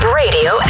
radio